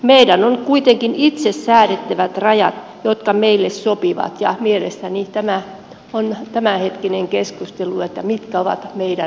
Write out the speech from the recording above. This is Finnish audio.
meidän on kuitenkin itse säädettävä rajat jotka meille sopivat ja mielestäni tämänhetkinen keskustelu on mitkä ovat meidän rajamme